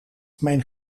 mijn